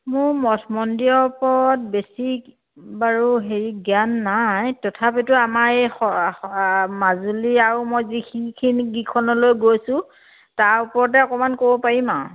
মোৰ মঠ মন্দিৰৰ ওপৰত বেছি বাৰু হেৰি জ্ঞান নাই তথাপিতো আমাৰ এই সৰা সৰা মাজুলী আৰু মই যিখিনখিনি গিখনলৈ গৈছোঁ তাৰ ওপৰতে অকণমান ক'ব পাৰিম আৰু